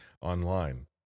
online